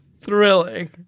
Thrilling